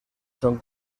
son